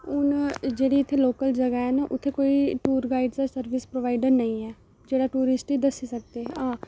हून में इत्थै लोकल जगह है ना इत्थै कोई टूर गाइड़र जां सर्बिस प्रबाइड़र नेईं ऐ जेहड़ा टूरिस्ट गी दस्सी सकदे